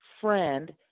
friend